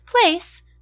place